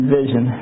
vision